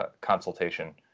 consultation